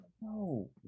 No